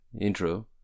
intro